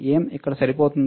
ఏం ఇక్కడ సరిపోతుందా